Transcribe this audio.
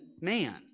man